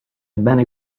bene